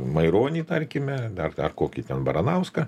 maironį tarkime ar ar kokį ten baranauską